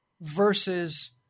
versus